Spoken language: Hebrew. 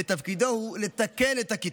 ותפקידו הוא לתקן את הקיטוב.